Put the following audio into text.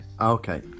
Okay